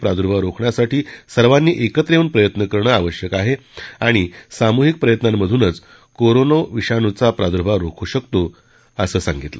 प्रादूर्माव रोखण्यासाठी सर्वांनी एकत्र येऊन प्रयत्न करणं आवश्यक आहे आणि सामूहिक प्रयत्नांमधूनच कोरोना विषाणूचा प्रादूर्माव रोखू शकतो असं त्यांनी सांगितलं